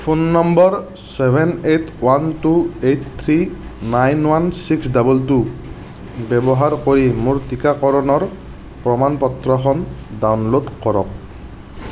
phone number seven eight one two eight three nine one six double two ব্যৱহাৰ কৰি মোৰ টীকাকৰণৰ প্ৰমাণ পত্ৰখন ডাউনল'ড কৰক